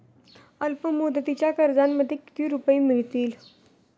अल्पमुदतीच्या कर्जामध्ये किती रुपये मिळतील?